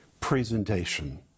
presentation